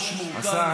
ורופאים?